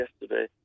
yesterday